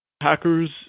hackers